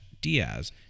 Diaz